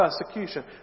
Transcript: persecution